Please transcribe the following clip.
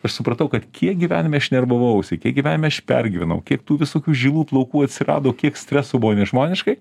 aš supratau kad kiek gyvenime aš nervavausi kiek gyvenime aš pergyvenau kiek tų visokių žilų plaukų atsirado kiek streso buvo nežmoniškai